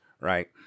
right